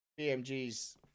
BMG's